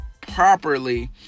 properly